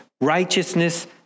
righteousness